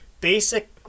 basic